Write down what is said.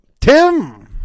Tim